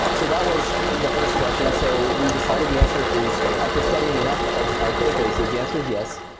so that was the first question. so we decided the answer is after studying enough of our codebases, the answer is yes,